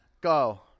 Go